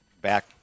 back